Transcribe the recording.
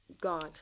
gone